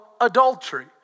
adultery